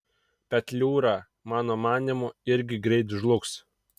petliūra mano manymu irgi greit žlugs